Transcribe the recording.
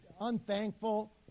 unthankful